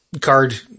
card